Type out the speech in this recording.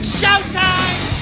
showtime